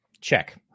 check